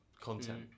content